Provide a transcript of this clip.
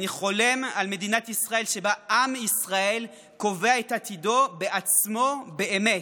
אני חולם על מדינת ישראל שבה עם ישראל קובע את עתידו בעצמו באמת.